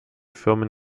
firmen